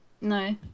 No